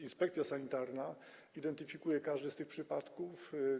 Inspekcja sanitarna identyfikuje każdy z tych przypadków.